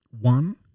one